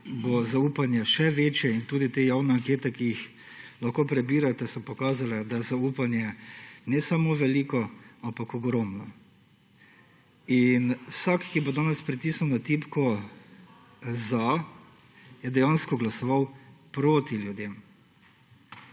bo zaupanje še večje in tudi te javne ankete, ki jih lahko prebirate, so pokazale, da je zaupanje ne samo veliko, ampak ogromno. Vsak, ki bo danes pritisnil na tipko za, je dejansko glasoval proti ljudem.